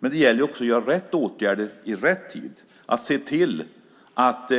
Men det gäller att vidta rätt åtgärder i rätt tid och att se till att